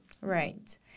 Right